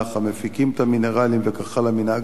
המפיקים את המינרלים וכך הלאה מן האגם,